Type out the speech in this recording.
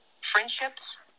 Friendships